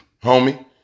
homie